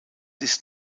ist